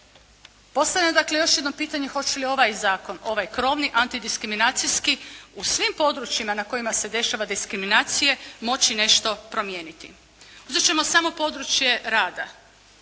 Postavljam dakle još jedno pitanje hoće li ovaj zakon, ovaj krovni antidiskriminacijski u svim područjima na kojima se dešava diskriminacije moći nešto promijeniti. Uzet ćemo samo područje rada.